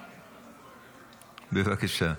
בבקשה,